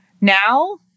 Now